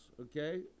Okay